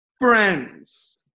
Friends